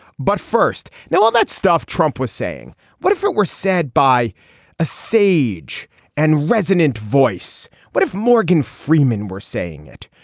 but first know all that stuff. trump was saying what if it were said by a sage and resonant voice. what if morgan freeman were saying it.